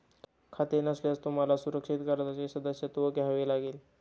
खाते नसल्यास तुम्हाला सुरक्षित कर्जाचे सदस्यत्व घ्यावे लागेल